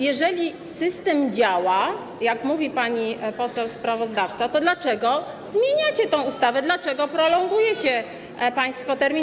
Jeżeli system działa, jak mówi pani poseł sprawozdawca, to dlaczego zmieniacie tę ustawę, dlaczego prolongujecie państwo termin?